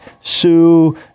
Sue